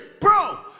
bro